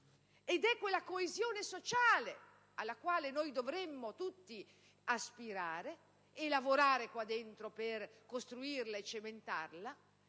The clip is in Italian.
ed è la coesione sociale (alla quale dovremmo tutti aspirare, lavorando qua dentro per costruirla e cementarla)